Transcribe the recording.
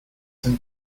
than